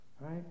right